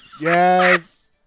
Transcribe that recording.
Yes